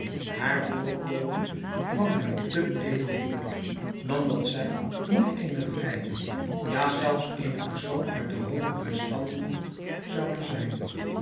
haar voorkomen kwam hem te edel voor dan dat zij niet eene vrije ja zelfs eene persoon uit de hoogere standen zoude zijn